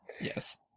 Yes